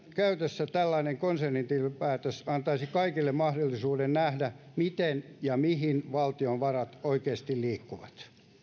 käytössä tällainen konsernitilinpäätös antaisi kaikille mahdollisuuden nähdä miten ja mihin valtion varat oikeasti liikkuvat